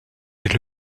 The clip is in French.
est